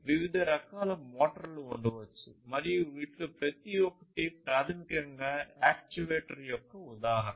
వివిధ రకాల మోటార్లు ఉండవచ్చు మరియు వీటిలో ప్రతి ఒక్కటి ప్రాథమికంగా యాక్యుయేటర్ యొక్క ఉదాహరణ